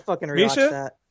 Misha